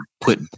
put